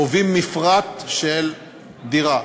קובעים מפרט של דירה.